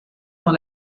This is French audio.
dans